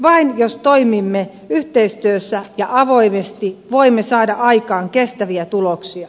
vain jos toimimme yhteistyössä ja avoimesti voimme saada aikaan kestäviä tuloksia